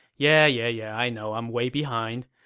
yeah yeah yeah i know, i'm way behind.